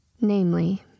Namely